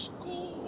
School